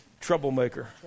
Troublemaker